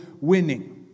winning